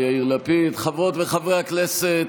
פעם אתה בקואליציה,